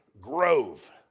grove